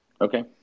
Okay